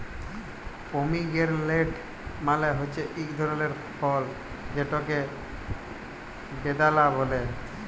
pomegranate মালে হছে ইক ধরলের ফল যেটকে বেদালা ব্যলে